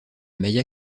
maya